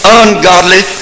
ungodly